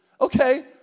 Okay